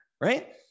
right